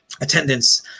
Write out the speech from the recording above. Attendance